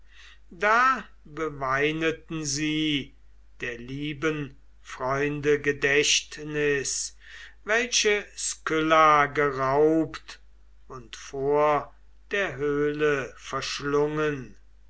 da beweineten sie der lieben freunde gedächtnis welche skylla geraubt und vor der höhle verschlungen